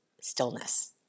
stillness